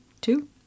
two